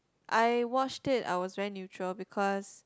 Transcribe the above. I watched it I was very neutral because